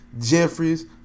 Jeffries